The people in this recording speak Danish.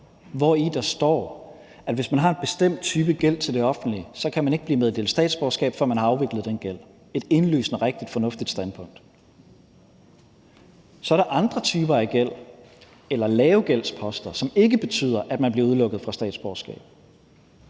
hvori der står, at hvis man har en bestemt type gæld til det offentlige, kan man ikke blive meddelt statsborgerskab, før man har afviklet den gæld. Det er et indlysende rigtigt og fornuftigt standpunkt. Så er der andre typer af gæld eller lave gældsposter, som ikke betyder, at man bliver udelukket fra statsborgerskab.